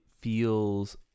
feels